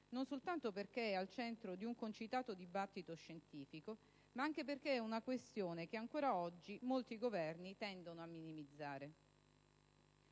non soltanto perché è al centro di un concitato dibattito scientifico, ma anche perché è una questione che ancora oggi molti Governi tendono a minimizzare.